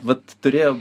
vat turėjo